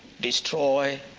destroy